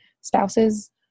spouses